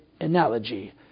analogy